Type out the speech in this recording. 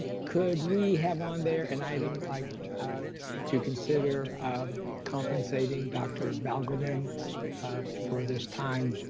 could we have on there an item, like to consider compensating dr. balgobin for this time,